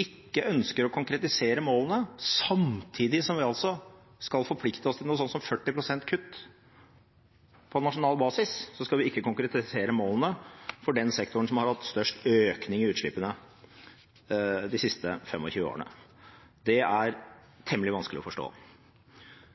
ikke ønsker å konkretisere målene. Samtidig som vi skal forplikte oss til noe sånt som 40 pst. kutt på nasjonal basis, skal vi ikke konkretisere målene for den sektoren som har hatt størst økning i utslippene de siste 25 årene. Det er temmelig vanskelig å forstå.